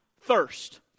thirst